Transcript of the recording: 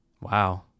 Wow